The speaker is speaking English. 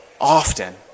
often